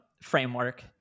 framework